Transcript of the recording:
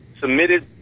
submitted